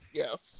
yes